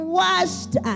washed